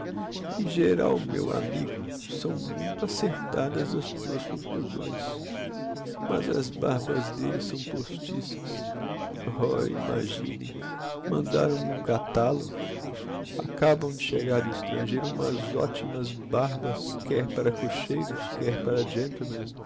em geral meu amigo são muito acertadas as tuas conclusões mas as barbas d'elle são postiças ora imaginem mandaram me um catalogo acabam de chegar do estrangeiro umas optimas barbas quer para cocheiros quer para